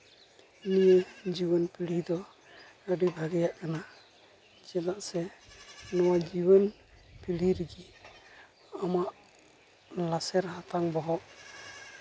ᱱᱤᱭᱟᱹ ᱡᱩᱣᱟᱹᱱ ᱯᱤᱲᱦᱤ ᱫᱚ ᱟᱹᱰᱤ ᱵᱷᱟᱜᱮᱭᱟᱜ ᱠᱟᱱᱟ ᱪᱮᱫᱟᱜ ᱥᱮ ᱱᱚᱣᱟ ᱡᱩᱣᱟᱹᱱ ᱯᱤᱲᱦᱤ ᱨᱮᱜᱮ ᱟᱢᱟᱜ ᱞᱟᱥᱮᱨ ᱦᱟᱛᱟᱝ ᱵᱚᱦᱚᱜ